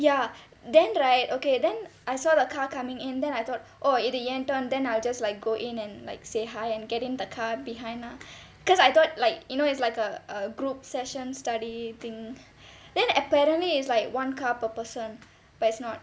ya then right okay then I saw the car coming in then I thought oh இது எ~:ithu ea~ turn then I'll just like go in and like say hi and get in the car behind lah because I thought like you know it's like a a group session study thing then apparently it's like one car per person but it's not